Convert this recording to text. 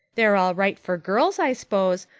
they're all right for girls, i s'pose,